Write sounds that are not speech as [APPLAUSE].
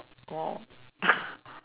!wow! [LAUGHS]